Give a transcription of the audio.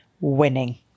winning